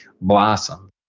blossom